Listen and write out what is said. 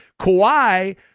Kawhi